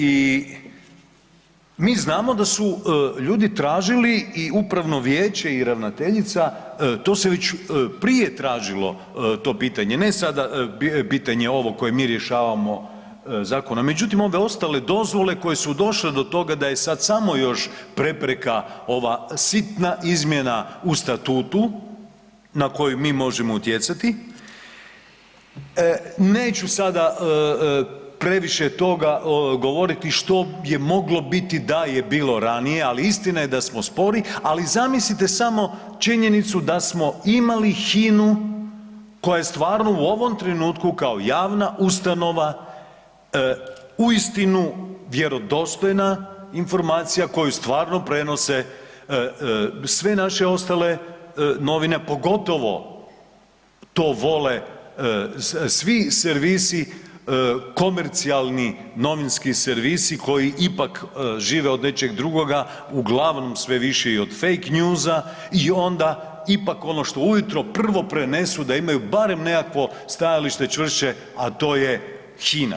I mi znamo da su ljudi tražili u upravno vijeće i ravnateljica, to se već prije tražila, to pitanje, ne sada pitanje ovo koje mi rješavamo zakonom međutim onda ostale dozvole koje su došle do toga da je sad samo još prepreka ova sitna izmjena u statutu na koji mi možemo utjecati, neću sada previše toga govoriti što je moglo biti da je bilo ranije ali istina je da smo spori ali zamislite samo činjenicu da smo imali HINA-u koja je stvarno u ovom trenutku kao javna ustanova uistinu vjerodostojna informacija, koji stvarno prenose sve naše ostale novine pogotovo to vole svi servisi komercijalni, novinski servisi koji ipak žive od nečeg drugoga, uglavnom sve više i od fake newsa i onda ipak ono što ujutro prvo prenesu da imaju barem nekakvo stajalište čvršće a to je HINA.